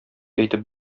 әйтеп